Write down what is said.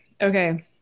okay